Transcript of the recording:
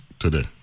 Today